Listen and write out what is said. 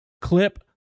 clip